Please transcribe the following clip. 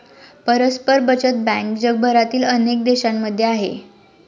परस्पर बचत बँक जगभरातील अनेक देशांमध्ये आहे